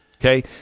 Okay